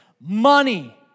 money